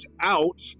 out